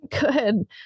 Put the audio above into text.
Good